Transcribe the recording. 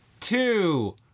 two